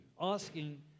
asking